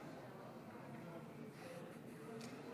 ההצבעה: 48 הצביעו בעד, 59 הצביעו נגד,